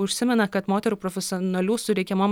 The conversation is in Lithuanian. užsimena kad moterų profesionalių su reikiamom